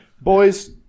boys